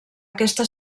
aquesta